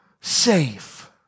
safe